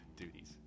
Duties